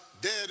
dead